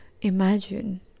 Imagine